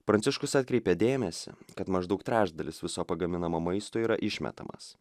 pranciškus atkreipė dėmesį kad maždaug trečdalis viso pagaminamo maisto yra išmetamas